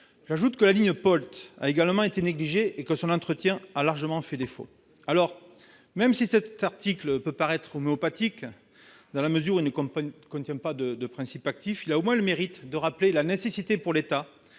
dite POLT, a été négligée et que son entretien a largement fait défaut. Même si cet article peut paraître homéopathique, dans la mesure où il ne contient pas de principe actif, il a au moins le mérite de rappeler la nécessité pour l'État,